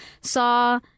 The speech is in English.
saw